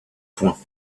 points